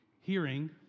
Hearing